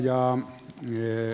arvoisa puhemies